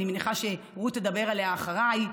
ואני מניחה שרות תדבר עליה אחריי.